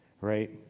right